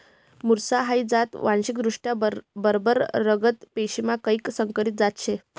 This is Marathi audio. मुर्स हाई जात वांशिकदृष्ट्या बरबर रगत पेशीमा कैक संकरीत जात शे